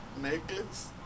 necklace